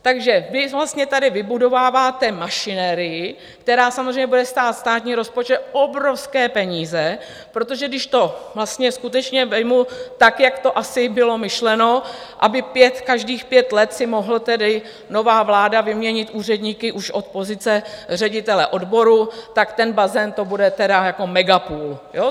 Takže vy vlastně tady vybudováváte mašinerii, která samozřejmě bude stát státní rozpočet obrovské peníze, protože když to vlastně skutečně vezmu tak, jak to asi bylo myšleno, aby každých pět let si mohla tedy nová vláda vyměnit úředníky už od pozice ředitele odboru, tak ten bazén, to bude tedy jako mega půl, jo?